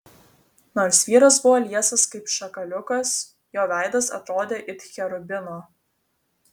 nors vyras buvo liesas kaip šakaliukas jo veidas atrodė it cherubino